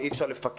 ואי אפשר לפקח.